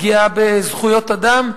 פגיעה בזכויות אדם,